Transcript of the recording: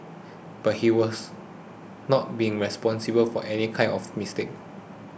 but he has not been responsible for any kind of mistake